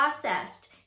processed